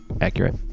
accurate